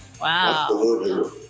Wow